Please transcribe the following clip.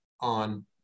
on